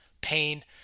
pain